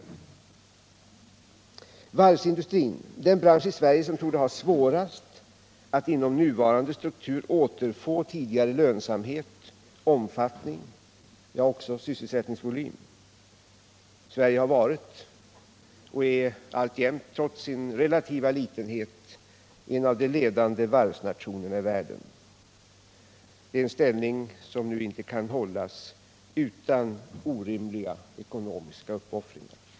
Det gäller också varvsindustrin, den bransch i Sverige som torde ha svårast att inom nuvarande struktur återfå tidigare lönsamhet, omfattning och också sysselsättningsvolym. Sverige har varit och är alltjämt, trots sin relativa litenhet, en av de ledande varvsnationerna i världen. Det är en ställning som nu inte kan hållas utan orimliga ekonomiska uppoffringar.